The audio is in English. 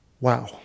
Wow